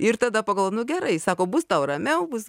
ir tada pagalvojau nu gerai sako bus tau ramiau bus